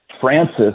Francis